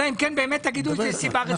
אלא אם כן באמת תגידו שיש סיבה רצינית.